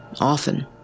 often